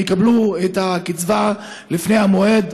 יקבלו את הקצבה לפני המועד,